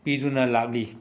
ꯄꯤꯗꯨꯅ ꯂꯥꯛꯂꯤ